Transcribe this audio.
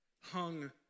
hung